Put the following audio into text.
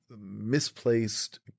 misplaced